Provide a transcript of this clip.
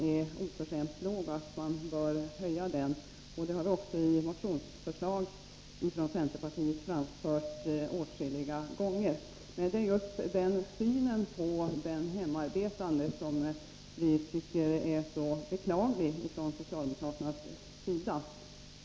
är oförskämt lågt och anser att ersättningen bör höjas. Det har vi också i motionen från centerpartiet föreslagit åtskilliga gånger. Men det är just socialdemokraternas syn på den hemarbetande som vi tycker är så beklaglig.